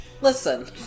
listen